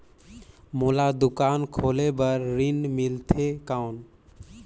मोला दुकान खोले बार ऋण मिलथे कौन?